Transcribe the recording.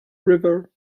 river